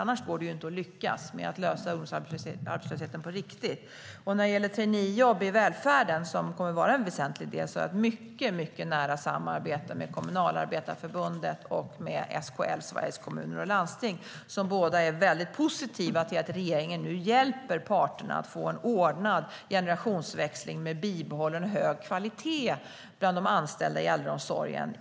Annars går det inte att lyckas med att lösa ungdomsarbetslösheten på riktigt. När det gäller traineejobb i välfärden, som kommer att vara en väsentlig del, har jag ett mycket nära samarbete med Kommunalarbetareförbundet och SKL, Sveriges Kommuner och Landsting, som båda är väldigt positiva till att regeringen nu hjälper parterna att få en ordnad generationsväxling med bibehållen hög kvalitet bland de anställda i äldreomsorgen.